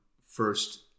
first